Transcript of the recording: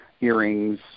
earrings